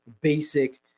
basic